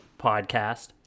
podcast